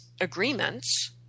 agreements –